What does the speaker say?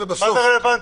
מה זה רלוונטי?